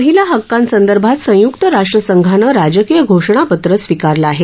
महिला हक्कांसंदर्भात संयुक्त राष्ट्रसंघानं राजकीय घोषणापत्र स्वीकारलं आहे